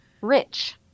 Rich